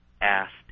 asked